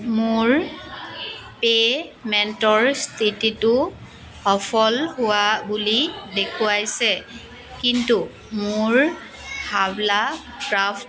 মোৰ পে'মেণ্টৰ স্থিতিটো সফল হোৱা বুলি দেখুৱাইছে কিন্তু মোৰ হাৱলা ক্ৰাফ্ট